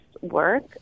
work